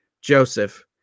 joseph